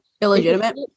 illegitimate